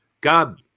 God